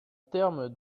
termes